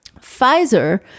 Pfizer